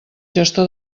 gestor